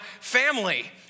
family